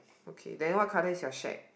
okay then what colour is your shed